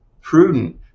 prudent